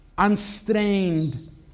Unstrained